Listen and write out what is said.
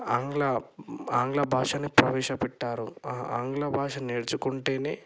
ఆంగ్ల ఆంగ్ల భాషను ప్రవేశపెట్టారు ఆంగ్ల భాష నేర్చుకుంటేనే